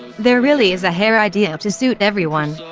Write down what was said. there really is a hair idea um to suit everyone.